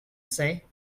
say